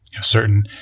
certain